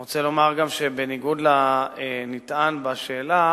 אני רוצה לומר גם שבניגוד לנטען בשאלה,